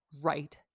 right